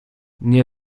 nie